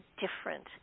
different